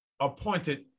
appointed